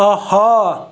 آہا